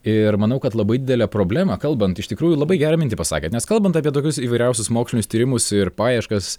ir manau kad labai didelę problemą kalbant iš tikrųjų labai gerą mintį pasakėt nes kalbant apie tokius įvairiausius mokslinius tyrimus ir paieškas